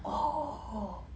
!wow!